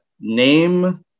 name